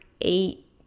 eight